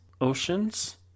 oceans